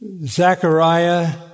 Zechariah